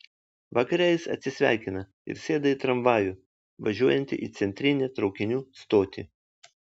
vakare jis atsisveikina ir sėda į tramvajų važiuojantį į centrinę traukinių stotį